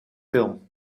film